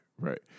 right